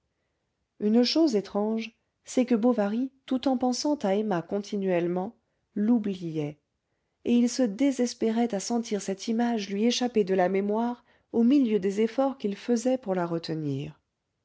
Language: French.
une chose étrange c'est que bovary tout en pensant à emma continuellement l'oubliait et il se désespérait à sentir cette image lui échapper de la mémoire au milieu des efforts qu'il faisait pour la retenir